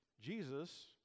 jesus